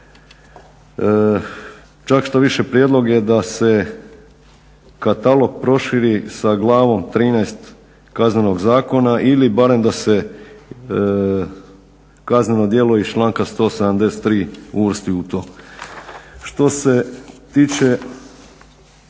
Čak štoviše prijedlog je da se katalog proširi sa glavom 13. Kaznenog zakona ili barem da se kazneno djelo iz članka 173. uvrsti u to. Što se tiče